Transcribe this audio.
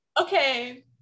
okay